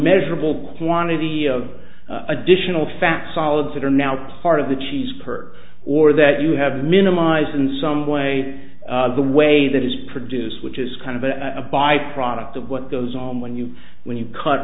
measurable quantity of additional fat solids that are now part of the cheese per or that you have minimized in some way the way that is produced which is kind of a byproduct of what goes on when you when you cut